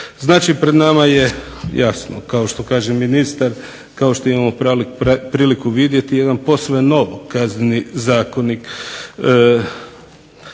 Znači, pred nama je jasno kao što kaže ministar, kao što imamo priliku vidjeti jedan posve novi Kazneni zakonik.